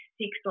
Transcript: six